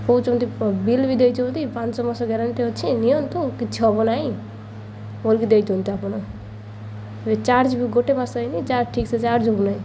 କହୁଛନ୍ତି ବିଲ୍ ବି ଦେଇଛନ୍ତି ପାଶ ମାସ ଗ୍ୟାରେଣ୍ଟି ଅଛି ନିଅନ୍ତୁ କିଛି ହବ ନାହିଁ ଦେଇଛନ୍ତି ଆପଣ ଏବେ ଚାର୍ଜ ବି ଗୋଟେ ମାସ ହେଇନି ଠିକ୍ ସେ ଚାର୍ଜ ହଉ ନାହିଁ